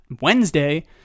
wednesday